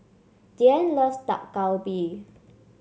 Diann loves Dak Galbi